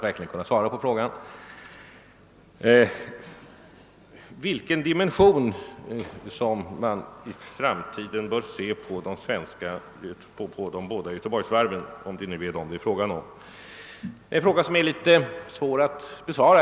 Herr Gustafson frågade vilken dimension verksamheten vid Göteborgsvarven bör ha i framtiden, och det är en fråga som är litet svår att besvara.